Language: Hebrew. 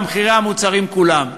במחירי המוצרים כולם.